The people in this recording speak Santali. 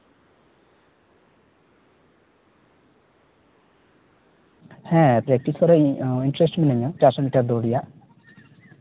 ᱦᱮᱸ ᱯᱨᱮᱠᱴᱤᱥᱚᱜ ᱨᱮ ᱤᱧ ᱤᱱᱴᱟᱨᱮᱹᱥᱴ ᱢᱤᱱᱟᱹᱧᱟ ᱪᱟᱨᱥᱚ ᱢᱤᱴᱟᱨ ᱫᱟᱹᱲ ᱨᱮᱭᱟᱜ